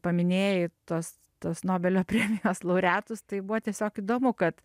paminėjai tos tos nobelio premijos laureatus tai buvo tiesiog įdomu kad